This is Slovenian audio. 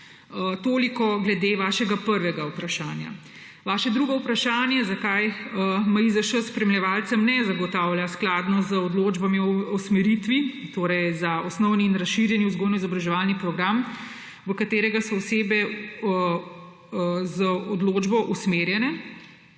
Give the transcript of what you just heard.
Toliko glede vašega prvega vprašanja. Vaše drugo vprašanje, zakaj MIZŠ spremljevalcev ne zagotavlja skladno z odločbami o usmeritvi, torej za osnovni in razširjeni vzgojno-izobraževalni program, v katerega so osebe z določbo usmerjene,